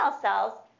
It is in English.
cells